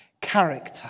character